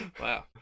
Wow